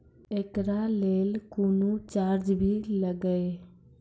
एकरा लेल कुनो चार्ज भी लागैये?